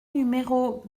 numéros